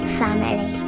family